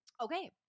Okay